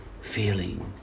feeling